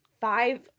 five